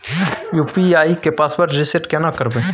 UPI के password reset केना करबे?